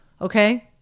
Okay